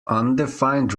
undefined